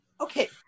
Okay